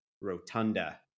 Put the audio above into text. Rotunda